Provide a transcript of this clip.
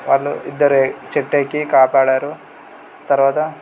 వాళ్ళు ఇద్దరు చెట్టు ఎక్కి కాపాడారు తరువాత